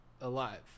alive